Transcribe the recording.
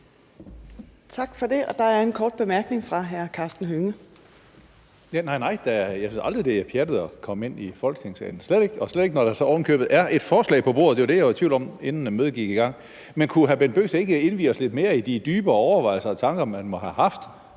Tak for det. Der er en kort bemærkning fra hr. Karsten Hønge. Kl. 15:05 Karsten Hønge (SF): Nej, nej, jeg synes da aldrig, det er pjattet at komme ind i Folketingssalen, og slet ikke, når der så ovenikøbet er et forslag på bordet. Det var det, jeg var i tvivl om, inden mødet gik i gang. Men kunne hr. Bent Bøgsted ikke indvie os lidt mere i de dybere overvejelser og tanker, man måske måtte